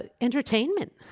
entertainment